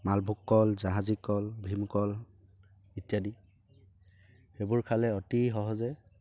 মালভোগ কল জাহাজী কল ভীমকল ইত্যাদি সেইবোৰ খালে অতি সহজে